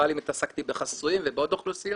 אבל התעסקתי בחסויים ובעוד אוכלוסיות